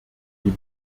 die